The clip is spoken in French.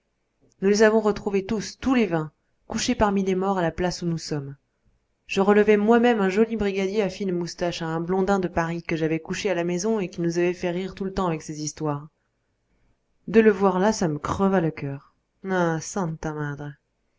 nous les avons retrouvés tous tous les vingt couchés parmi les morts à la place où nous sommes je relevai moi-même un joli brigadier à fines moustaches un blondin de paris que j'avais couché à la maison et qui nous avait fait rire tout le temps avec ses histoires de le voir là ça me creva le cœur